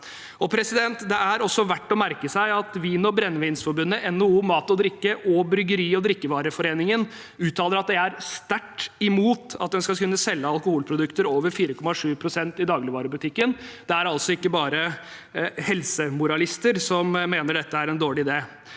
utfordret. Det er også verdt å merke seg at Vin- og brennevinleverandørenes forening, NHO Mat og Drikke og Bryggeri- og drikkevareforeningen uttaler at de er sterkt imot at en skal kunne selge alkoholprodukter over 4,7 pst. i dagligvarebutikken. Det er altså ikke bare helsemoralister som mener dette er en dårlig idé.